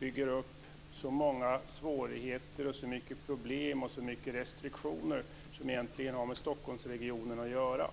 bygger upp så många svårigheter, så mycket problem och så mycket restriktioner som har med Stockholmsregionen att göra.